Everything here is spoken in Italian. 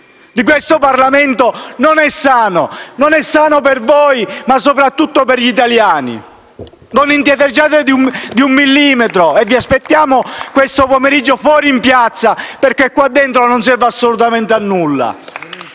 di questo Parlamento non è sano. Non è sano per voi, ma soprattutto per gli italiani. *(Applausi dal Gruppo M5S)*. Non indietreggiate di un millimetro e vi aspettiamo questo pomeriggio fuori in piazza, perché stare qua dentro non serve assolutamente a nulla.